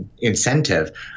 incentive